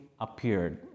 appeared